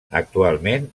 actualment